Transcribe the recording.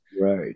Right